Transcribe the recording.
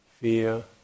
fear